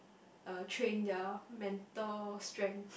uh train their mental strength